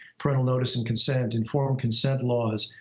parental notice and consent, informed consent laws.